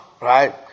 right